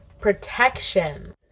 protection